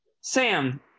Sam